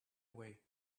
away